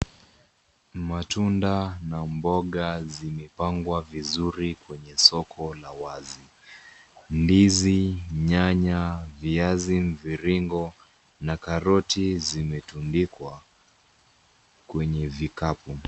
Matunda na mboga zimepangwa vizuri kwenye soko la wazi. Ndizi, nyanya, viazi mviringo na karoti zimetundikwa kwenye vikapu.